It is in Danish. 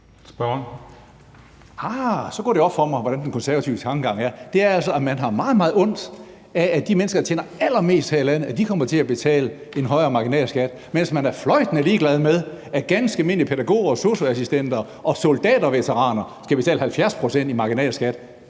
så går det op for mig, hvordan den konservative tankegang er. Den er altså, at man har meget, meget ondt af, at de mennesker, der tjener allermest her i landet, kommer til at betale en højere marginalskat, mens man er fløjtende ligeglad med, at ganske almindelige pædagoger, sosu-assistenter og soldaterveteraner skal betale 70 pct. i marginalskat.